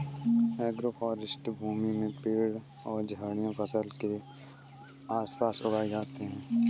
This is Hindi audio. एग्रोफ़ोरेस्टी भूमि में पेड़ और झाड़ियाँ फसल के आस पास उगाई जाते है